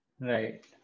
Right